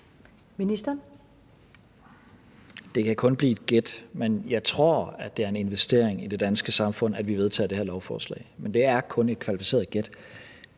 Tesfaye): Det kan kun blive et gæt, men jeg tror, det er en investering i det danske samfund, at vi vedtager det her lovforslag, men det er kun et kvalificeret gæt.